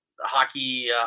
hockey